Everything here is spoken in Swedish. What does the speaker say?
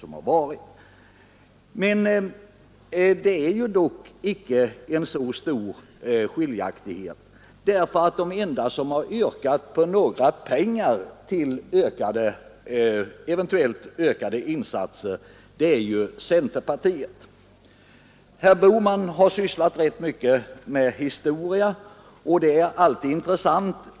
Men det är icke någon stor skiljaktighet, därför att de enda som har yrkat på några pengar till eventuellt ökade insatser är centerpartiet. Herr Bohman har sysslat rätt mycket med historia, och det är alltid intressant.